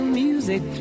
music